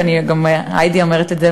וגם היידי אומרת את זה,